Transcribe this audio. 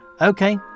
okay